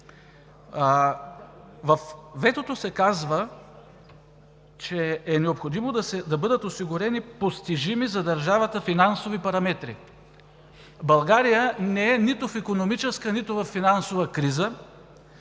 Във ветото се казва, че е необходимо да бъдат осигурени постижими за държавата финансови параметри. България не е нито в икономическа, нито във финансова криза